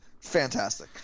Fantastic